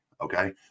okay